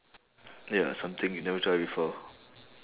ya something you never try before